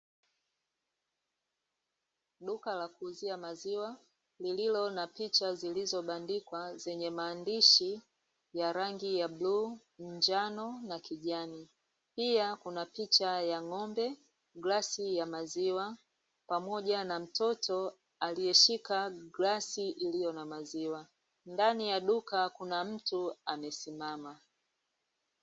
Duka la kuuzia maziwa lililo na picha zilizobandikwa zenye maandishi ya rangi ya bluu, njano na kijani. Pia, kuna picha ya ng'ombe, glasi ya maziwa, pamoja na mtoto aliyeshika glasi iliyo na maziwa. Ndani ya duka kuna mtu amesimama.